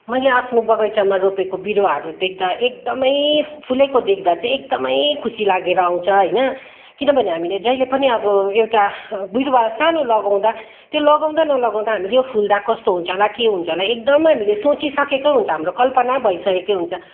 मैले आफ्नो बगैँचामा रोपेको बिरुवाहरू देख्दा एकदमै फुलेको देख्दा चाहिँ एकदमै खुसी लागेर आउँछ होइन किनभने हामीले जहिले पनि अब एउटा बिरुवा सानु लगाउँदा त्यो लगाउँदा नलगाउँदा हामीले यो फुल्दा कस्तो हुन्छ होला के हुन्छ होला एकदम हामीले सोचिसकेको हुन्छ हाम्रो कल्पना भइसकेकै हुन्छ